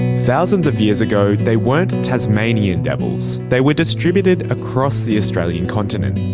thousands of years ago they weren't tasmanian devils, they were distributed across the australian continent.